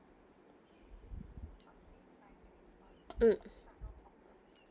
mm